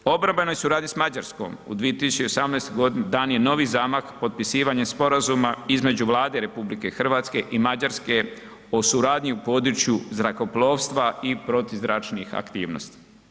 Obrambenoj suradnji s Mađarskom u 2018.g. dan je novi zamah potpisivanjem sporazuma između Vlade RH i Mađarske o suradnji u području zrakoplovstva i protuzračnih aktivnosti.